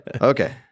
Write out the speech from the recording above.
Okay